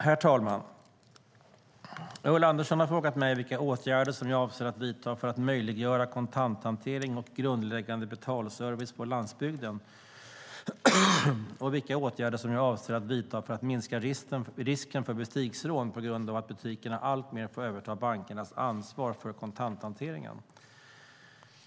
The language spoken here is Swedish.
Herr talman! Ulla Andersson har frågat mig vilka åtgärder jag avser att vidta för att möjliggöra kontanthantering och grundläggande betalservice på landsbygden och vilka åtgärder jag avser att vidta för att minska risken för butiksrån på grund av att butikerna alltmer får överta bankernas ansvar för kontanthanteringen.